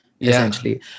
essentially